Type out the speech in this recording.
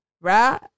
right